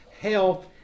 health